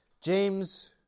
James